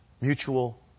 Mutual